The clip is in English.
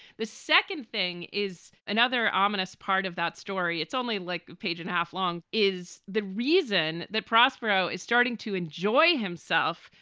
the second thing is another ominous part of that story. it's only like a page and half long is the reason that prospero is starting to enjoy himself.